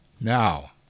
now